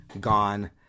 gone